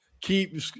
keep